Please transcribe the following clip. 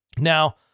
Now